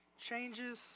changes